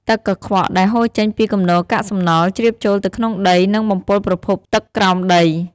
ទឹកកខ្វក់ដែលហូរចេញពីគំនរកាកសំណល់ ជ្រាបចូលទៅក្នុងដី និងបំពុលប្រភពទឹកក្រោមដី។